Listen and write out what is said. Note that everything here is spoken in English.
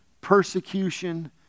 persecution